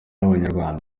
abanyarwanda